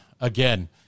Again